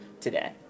today